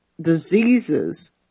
diseases